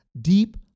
Deep